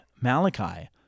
Malachi